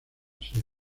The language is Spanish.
serie